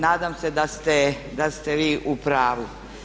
Nadam se da ste vi u pravu.